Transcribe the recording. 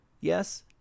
yes